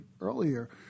earlier